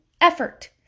effort